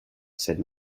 said